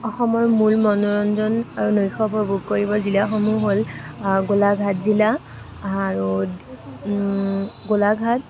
অসমৰ মূল মনোৰঞ্জন আৰু নৈশ উপভোগ কৰিব জিলাসমূহ হ'ল গোলাগাট জিলা আৰু গোলাঘাট